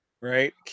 right